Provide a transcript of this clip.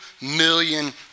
million